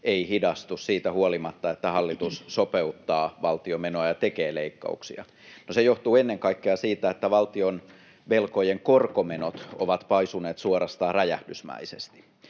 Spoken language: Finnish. ei hidastu siitä huolimatta, että hallitus sopeuttaa valtion menoja ja tekee leikkauksia. No, se johtuu ennen kaikkea siitä, että valtionvelkojen korkomenot ovat paisuneet suorastaan räjähdysmäisesti.